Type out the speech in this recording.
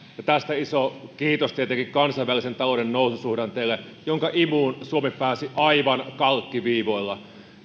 ja tästä iso kiitos tietenkin kansainvälisen talouden noususuhdanteelle jonka imuun suomi pääsi aivan kalkkiviivoilla